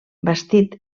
bastit